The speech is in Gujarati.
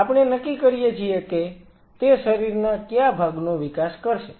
આપણે નક્કી કરીએ છીએ કે તે શરીરના કયા ભાગનો વિકાસ કરશે